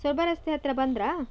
ಸೊರಬ ರಸ್ತೆ ಹತ್ತಿರ ಬಂದಿರಾ